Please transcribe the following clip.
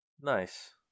Nice